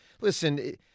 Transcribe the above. listen